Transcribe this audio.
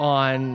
on